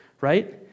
right